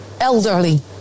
elderly